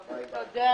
נעולה.